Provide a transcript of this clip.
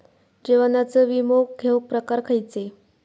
जीवनाचो विमो घेऊक प्रकार खैचे?